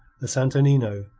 the santo nino,